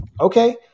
okay